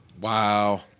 Wow